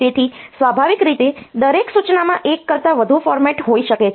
તેથી સ્વાભાવિક રીતે દરેક સૂચનામાં એક કરતાં વધુ ફોર્મેટ હોઈ શકે છે